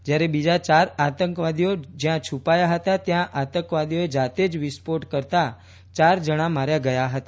જ્યારે બીજા ચાર આતંકવાદીઓ જયાં છુપાયા હતા ત્યાં આતંકવાદીઓએ જાતે જ વિસ્ફોટ કરતા ચાર જણા માર્યા ગયા હતા